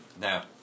now